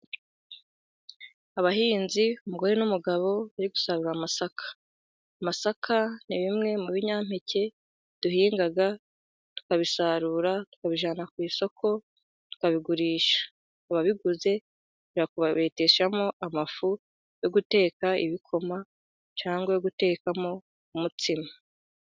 Abahinzi umugore n'umugabo bari gusarura masaka, amasaka ni bimwe mu binyampeke duhinga, tukabisarura tukabijyana ku isoko tukabigurisha, ababiguze babeteshamo amafu yo guteka ibikoma, cyangwa gutekamo umutsima.